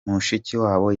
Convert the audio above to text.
mushikiwabo